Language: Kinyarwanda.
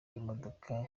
imodoka